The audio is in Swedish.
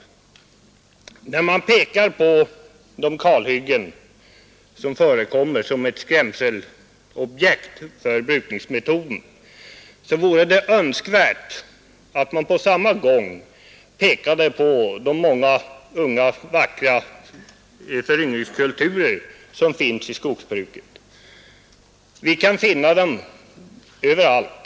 Det vore önskvärt att de som utpekar de kalhyggen som förekommer som skrämselobjekt för brukningsmetoden samtidigt pekade på de många unga och vackra föryngringskulturer som finns i skogsbruket. Vi kan finna dem överallt.